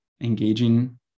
engaging